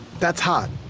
that's hot,